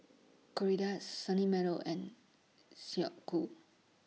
Gilera Sunny Meadow and Snek Ku